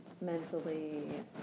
mentally